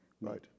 right